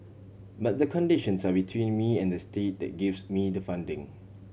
but the conditions are between me and the state that gives me the funding